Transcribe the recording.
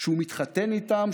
שהוא מתחתן איתם,